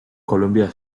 columbia